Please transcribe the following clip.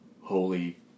holy